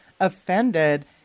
offended